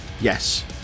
Yes